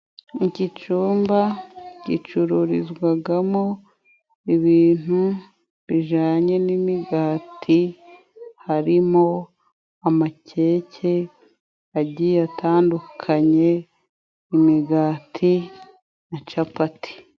Iki cumba gicururizwagamo ibintu bijanye n'imigati ,harimo amakeke agi yatandukanyekanye ,imigati na capati.